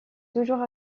toujours